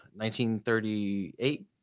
1938